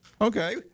Okay